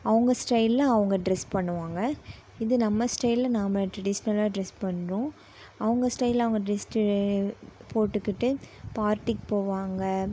அவங்க ஸ்டெயில்லில் அவங்க ட்ரெஸ் பண்ணுவாங்க இது நம்ம ஸ்டைலில் நாம ட்ரெடிசஷனலாக ட்ரெஸ் பண்ணுறோம் அவங்க ஸ்டைலில் அவங்க ட்ரெஸ்சு போட்டுக்கிட்டு பார்ட்டிக்குப் போவாங்க